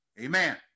Amen